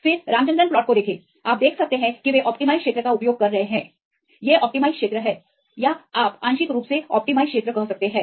फिर रामचंद्रन प्लॉट को देखें आप देख सकते हैं कि वे अनुमत क्षेत्र का उपयोग कर रहे हैं ये अनुमत क्षेत्र हैं या आप आंशिक रूप से अनुमत क्षेत्र कह सकते हैं